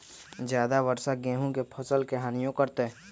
ज्यादा वर्षा गेंहू के फसल के हानियों करतै?